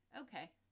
okay